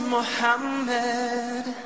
Muhammad